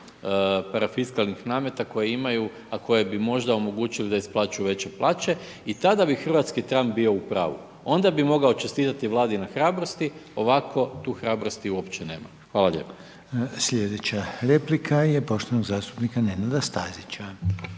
parafiskalnih nameta koje imaju a koje bi možda omogućili da isplaćuju veće plaće i tada bi hrvatski .../Govornik se ne razumije./... bio u pravu. Onda bi mogao čestitati Vladi na hrabrosti, ovako tu hrabrosti uopće nema. Hvala lijepa. **Reiner, Željko (HDZ)** Sljedeća replika je poštovanog zastupnika Nenada Stazića.